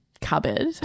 cupboard